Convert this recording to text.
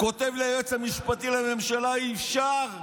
כותב לי היועץ המשפטי לממשלה: אי-אפשר,